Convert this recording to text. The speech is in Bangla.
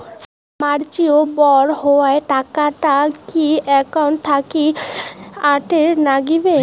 ম্যাচিওরড হওয়া টাকাটা কি একাউন্ট থাকি অটের নাগিবে?